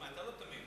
שמע, אתה לא תמים.